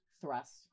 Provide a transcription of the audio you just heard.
thrust